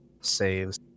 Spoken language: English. saves